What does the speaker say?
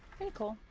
pretty cool.